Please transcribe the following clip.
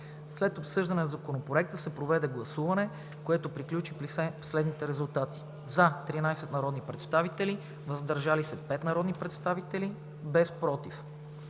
След обсъждане на Законопроекта се проведе гласуване, което приключи при следните резултати: „за“ – 13 народни представители, „въздържали се“ – 5 народни представители, без „против“.